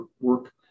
work